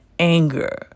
Anger